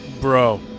Bro